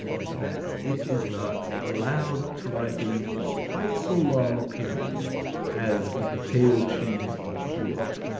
that it is not allowed to ripen for quite so long a period as the potato cheese of europe.